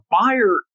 buyer